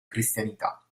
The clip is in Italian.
cristianità